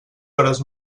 hores